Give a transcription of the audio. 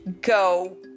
go